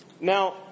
Now